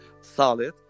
solid